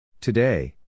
Today